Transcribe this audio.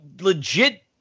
legit